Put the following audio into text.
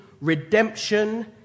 redemption